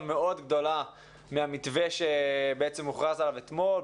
מאוד גדולה מהמתווה שהוכרז עליו אתמול.